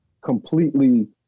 completely